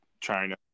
China